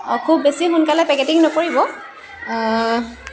অ' খুব বেছি সোনকালে পেকেটিং নকৰিব